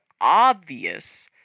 obvious